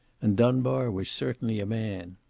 and dunbar was certainly a man.